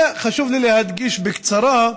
וחשוב לי להדגיש בקצרה,